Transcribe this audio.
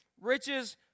riches